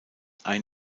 ein